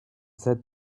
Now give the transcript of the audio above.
said